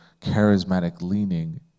charismatic-leaning